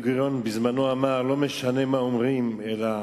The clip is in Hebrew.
בן-גוריון אמר בזמנו: לא משנה מה אומרים, אלא